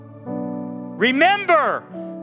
Remember